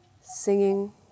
singing